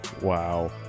Wow